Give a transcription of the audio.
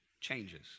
changes